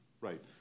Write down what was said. right